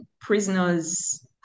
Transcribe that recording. prisoners